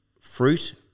fruit